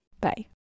bye